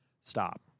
Stop